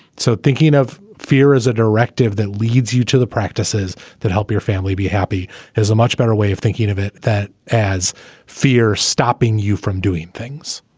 so thinking of fear as a directive that leads you to the practices that help your family be happy has a much better way of thinking of it. that as fear stopping you from doing things